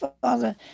father